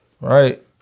right